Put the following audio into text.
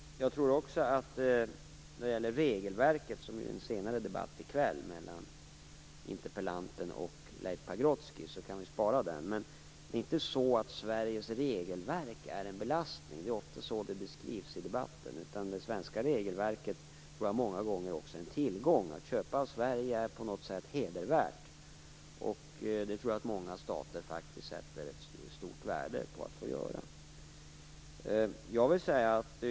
Regelverket är något som kommer att tas upp i en senare debatt i kväll mellan interpellanten och Leif Pagrotsky, så vi kan spara den frågan. Men det är inte så att Sveriges regelverk är en belastning i det här sammanhanget. Det är ofta så det beskrivs i debatten. Jag tror att det svenska regelverket många gånger är en tillgång. Att köpa av Sverige är på något sätt hedervärt, och det tror jag många stater sätter ett stort värde i att få göra.